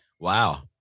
Wow